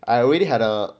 I already had a